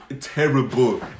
Terrible